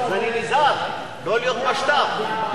אז אני נזהר לא להיות משת"פ.